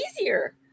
easier